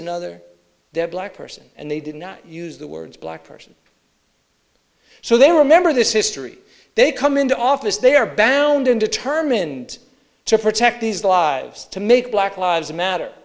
another dead black person and they did not use the words black person so they remember this history they come into office they are bound and determined to protect these lives to make black lives matter